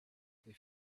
they